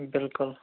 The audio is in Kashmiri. بِلکُل